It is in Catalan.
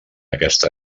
aquesta